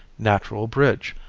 natural bridge,